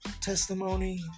testimony